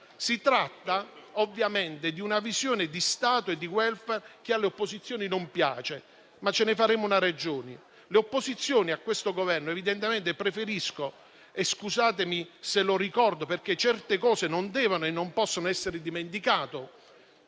Si tratta di una visione di Stato e di *welfare* che alle opposizioni non piace, ma ce ne faremo una ragione. Le opposizioni a questo Governo evidentemente preferiscono - scusatemi se lo ricordo, ma certe cose non devono e non possono essere dimenticate